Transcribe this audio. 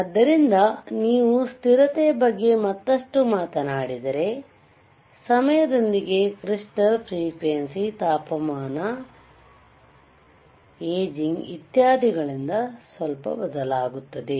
ಆದ್ದರಿಂದ ನೀವು ಸ್ಥಿರತೆಯ ಬಗ್ಗೆ ಮತ್ತಷ್ಟು ಮಾತನಾಡಿದರೆ ಸಮಯದೊಂದಿಗೆ ಕ್ರಿಸ್ಟಾಲ್ ಫ್ರೀಕ್ವೆಂಸಿ ತಾಪಮಾನ ಎಜಿಂಗ್ ಇತ್ಯಾದಿಗಳಿಂದಾಗಿ ಸ್ವಲ್ಪ ಬದಲಾಗುತ್ತದೆ